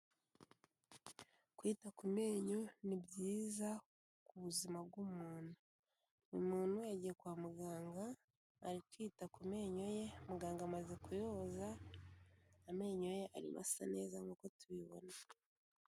Kwita ku menyo ni byiza ku buzima bw'umuntu, umuntu yagiye kwa muganga ari kwita ku menyo ye, muganga amaze kuyoza amenyo ye arimo asa neza nk'uko tubibona.